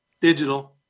digital